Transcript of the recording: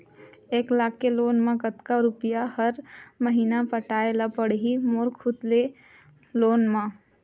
एक लाख के लोन मा कतका रुपिया हर महीना पटाय ला पढ़ही मोर खुद ले लोन मा?